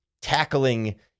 tackling